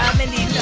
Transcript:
um mindy.